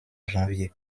janvier